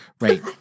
right